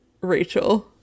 Rachel